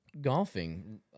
golfing